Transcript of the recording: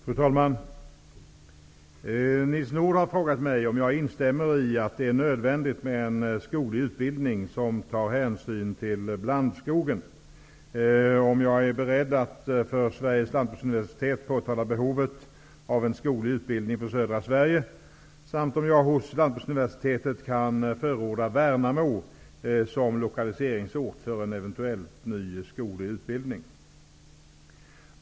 Fru talman! Nils Nordh har frågat mig om jag instämmer i att det är nödvändigt med en skoglig utbildning som tar hänsyn till blandskogen, om jag är beredd att för Sveriges lantbruksuniversitet påtala behovet av en skoglig utbildning för södra Sverige samt om jag hos Lantbruksuniversitetet kan förorda Värnamo som lokaliseringsort för en eventuell ny skoglig utbildning.